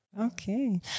okay